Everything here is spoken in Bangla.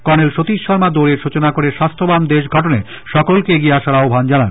কর্নেল সতীশ শর্মা দৌড়ের সূচনা করে স্বাস্থ্যবান দেশ গঠনে সকলকে এগিয়ে আসার আহ্বান জানান